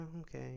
okay